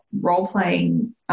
role-playing